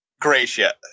Gracia